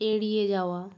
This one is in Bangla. এড়িয়ে যাওয়া